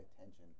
attention